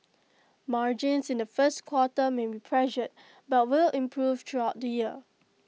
margins in the first quarter may be pressured but will improve throughout the year